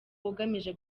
ugamije